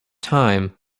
time